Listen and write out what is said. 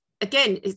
again